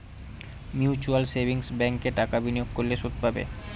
mutual savings ব্যাঙ্কে টাকা বিনিয়োগ করলে সুদ পাবে